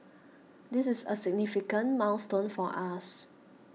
this is a significant milestone for us